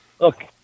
Look